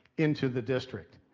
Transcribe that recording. into the district.